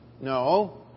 No